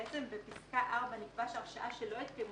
שבעצם בפסקה (4) נקבע שהרשאה שלא הסכימו